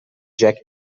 jack